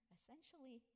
Essentially